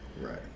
Right